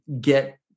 get